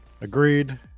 Agreed